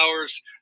hours